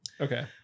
Okay